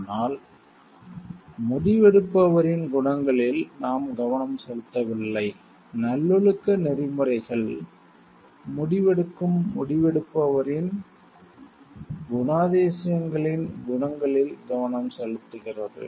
ஆனால் முடிவெடுப்பவரின் குணங்களில் நாம் கவனம் செலுத்தவில்லை நல்லொழுக்க நெறிமுறைகள் விர்ட்சு எதிக்ஸ் முடிவெடுக்கும் முடிவெடுப்பவரின் குணாதிசயங்களின் குணங்களில் கவனம் செலுத்துகிறது